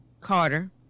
Carter